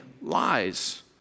lies